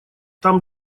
там